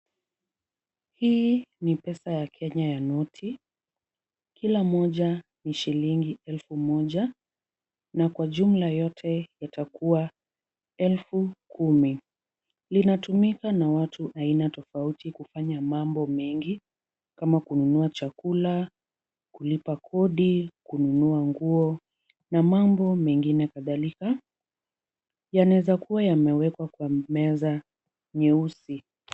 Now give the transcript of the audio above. Hii ni pesa ya kenya ya noti, kila moja ni shilingi elfu moja na kwa jumla yote yatakua elfu kumi. Linatumika na watu aina tofauti kufanya mambo mengi, kama kununua chakula, kulipa kodi, kununua nguo na mambo mengine kadhalika, yanawezakua yamewekwa kwa meza nyeusi.